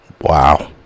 Wow